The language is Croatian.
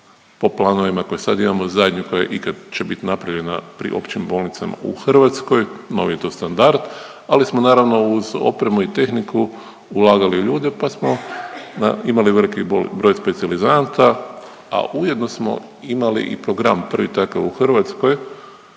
Po planovima koji sad imamo zadnju koja ikad će biti napravljena pri općim bolnicama u Hrvatskoj, novi je to standard. Ali smo naravno uz opremu i tehniku ulagali u ljude pa smo imali veliki broj specijalizanata, a ujedno smo imali i program prvi takav u Hrvatskoj